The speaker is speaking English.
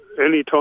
Anytime